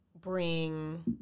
bring